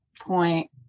point